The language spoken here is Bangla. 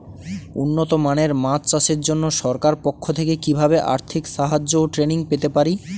উন্নত মানের মাছ চাষের জন্য সরকার পক্ষ থেকে কিভাবে আর্থিক সাহায্য ও ট্রেনিং পেতে পারি?